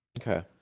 Okay